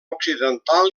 occidental